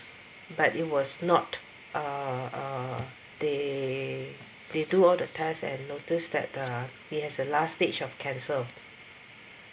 but it was not uh they they do all the tests and noticed that uh he has the last stage of cancer